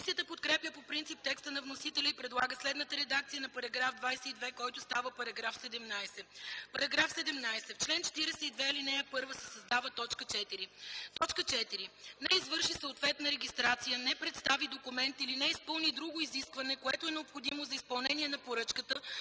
комисията подкрепя по принцип текста на вносителя и предлага следната редакция за параграфа, който става § 17: „§ 17. В чл. 42, ал. 1 се създава т. 4: „4. не извърши съответна регистрация, не представи документ или не изпълни друго изискване, което е необходимо за изпълнение на поръчката